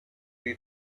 you